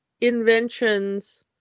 inventions